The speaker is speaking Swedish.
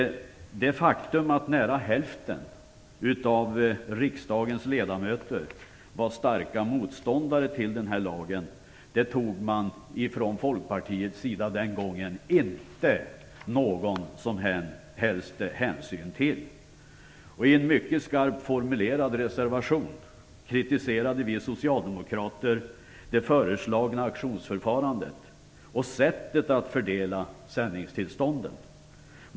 Det faktum att nära hälften av riksdagens ledamöter kände ett starkt motstånd till denna lag tog man från Folkpartiets sida den gången inte någon som helst hänsyn till. I en mycket skarpt formulerad reservation kritiserade vi socialdemokrater det föreslagna auktionsförfarandet och sättet att fördela sändningstillstånden.